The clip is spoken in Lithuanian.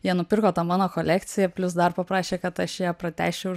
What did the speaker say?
jie nupirko tą mano kolekciją plius dar paprašė kad aš ją pratęsčiau